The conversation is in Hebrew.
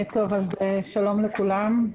שלום לכולם.